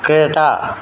Creta